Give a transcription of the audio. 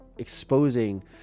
exposing